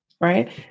Right